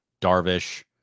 Darvish